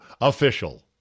official